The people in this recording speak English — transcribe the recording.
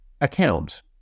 account